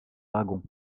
dragons